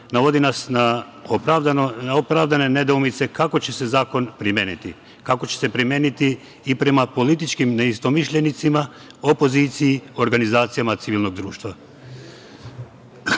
navodi nas na opravdane nedoumice kako će se zakon primeniti? Kako će se primeniti i prema političkim neistomišljenicima, opoziciji, organizacijama civilnog društva?U